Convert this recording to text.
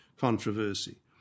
controversy